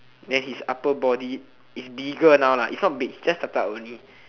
then his upper body is bigger now lah its not big its just the part only